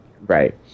Right